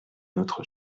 notre